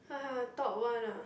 !haha! top one ah